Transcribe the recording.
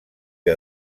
que